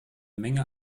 menge